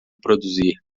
produzir